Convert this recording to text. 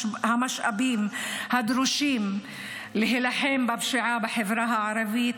המשאבים הדרושים להילחם בפשיעה בחברה הערבית,